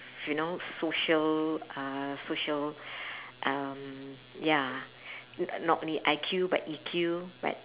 you know social uh social um ya n~ not only I_Q but E_Q but